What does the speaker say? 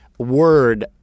Word